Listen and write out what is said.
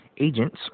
agents